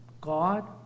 God